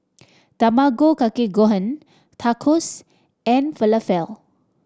Tamago Kake Gohan Tacos and Falafel